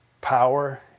power